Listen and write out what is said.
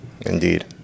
Indeed